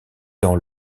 dans